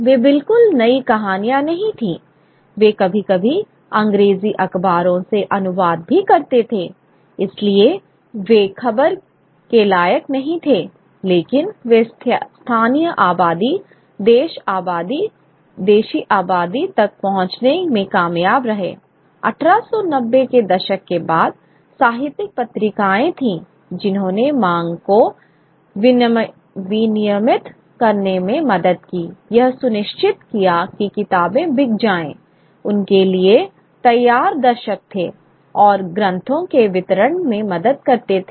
वे बिल्कुल नई कहानियाँ नहीं थीं वे कभी कभी अंग्रेज़ी अख़बारों से अनुवाद भी करते थे इसलिए वे खबर के लायक नहीं थे लेकिन वे स्थानीय आबादी देशी आबादी तक पहुँचाने में कामयाब रहे 1890 के दशक के बाद साहित्यिक पत्रिकाएँ थीं जिन्होंने माँग को विनियमित करने में मदद की यह सुनिश्चित किया कि किताबें बिक जाएं उनके लिए तैयार दर्शक थे और ग्रंथों के वितरण में मदद करते थे